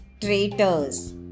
traitors